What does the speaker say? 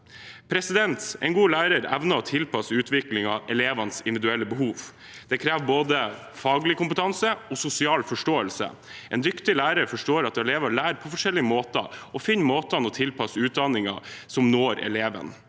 og hodet. En god lærer evner å tilpasse utviklingen til elevenes individuelle behov. Det krever både faglig kompetanse og sosial forståelse. En dyktig lærer forstår at elever lærer på forskjellige måter, og finner måtene å tilpasse utdanningen på som når eleven.